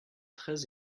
très